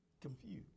confused